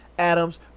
Adams